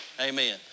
Amen